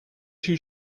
too